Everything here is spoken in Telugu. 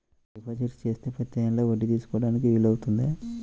డిపాజిట్ చేస్తే ప్రతి నెల వడ్డీ తీసుకోవడానికి వీలు అవుతుందా?